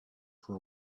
for